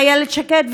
איילת שקד,